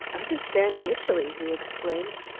understand italy! he exclaimed.